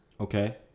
Okay